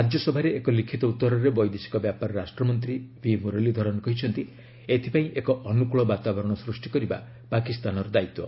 ରାଜ୍ୟସଭାରେ ଏକ ଲିଖିତ ଉତ୍ତରରେ ବୈଦେଶିକ ବ୍ୟାପାର ରାଷ୍ଟ୍ରମନ୍ତ୍ରୀ ଭିମୁରଲୀଧରନ କହିଛନ୍ତି ଏଥିପାଇଁ ଏକ ଅନୁକୂଳ ବାତାବରଣ ସୃଷ୍ଟି କରିବା ପାକିସ୍ତାନର ଦାୟିତ୍ୱ